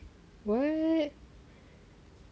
what